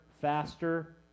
faster